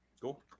Cool